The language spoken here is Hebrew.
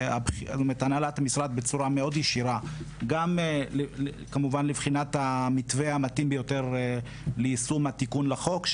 בצורה ישירה מאוד בבחינת המתווה המתאים ביותר ליישום התיקון לחוק,